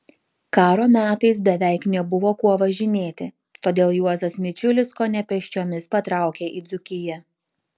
karo metais beveik nebuvo kuo važinėti todėl juozas mičiulis kone pėsčiomis patraukė į dzūkiją